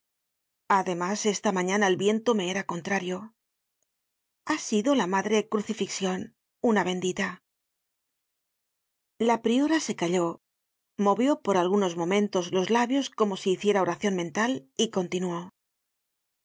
además esta mañana el viento me era contrario ha sido la madre crucifixion una bendita la priora se calló movió por algunos momentos los labios como si hiciera oracion mental y continuó